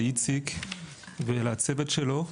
לאיציק ולצוות שלו.